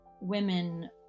women